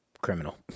criminal